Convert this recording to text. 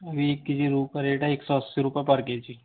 एक केजी रोहु का रेट है एक सौ अस्सी रुपये पर केजी